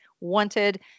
wanted